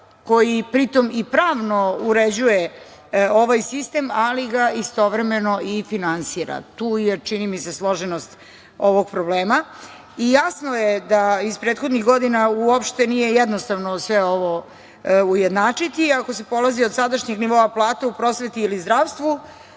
koji pri tome i pravno uređuje ovaj sistem, ali ga istovremeno i finansira. Tu je, čini mi se, složenost ovog problema. Jasno je iz prethodnih godina da uopšte nije jednostavno sve ovo ujednačiti ako se polazi od sadašnjih nivoa plata u prosveti ili zdravstvu,